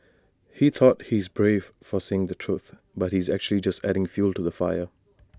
he thought he's brave for saying the truth but he's actually just adding fuel to the fire